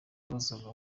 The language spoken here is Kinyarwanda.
yabazwaga